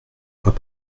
fois